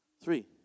three